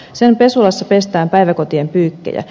sen pesulassa pestään päiväkotien pyykkejä